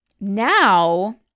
Now